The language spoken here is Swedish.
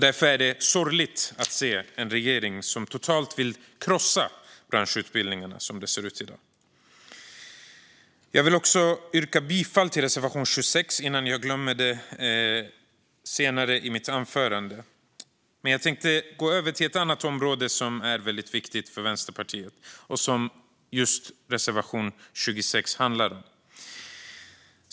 Därför är det sorgligt att se en regering som totalt vill krossa branschutbildningarna, som det ser ut i dag. Jag vill också yrka bifall till reservation 26, så jag inte glömmer det senare i mitt anförande. Jag tänker nu gå över till ett annat område som är väldigt viktigt för Vänsterpartiet och som just reservation 26 handlar om.